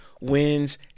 wins